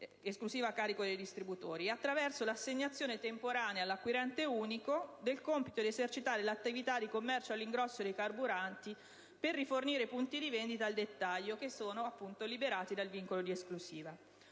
cui applicare questa proposta), e attraverso l'assegnazione temporanea all'acquirente unico del compito di esercitare l'attività di commercio all'ingrosso di carburanti per rifornire punti di vendita al dettaglio, che sono appunto liberati dal vincolo di esclusiva.